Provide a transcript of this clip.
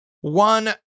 one